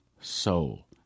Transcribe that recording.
soul